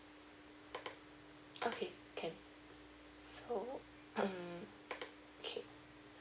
okay can so hmm okay